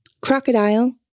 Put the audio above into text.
Crocodile